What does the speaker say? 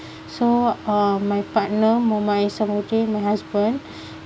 so uh my partner my husband